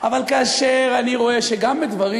אבל כאשר אני רואה שגם בדברים